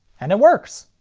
and it works!